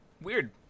Weird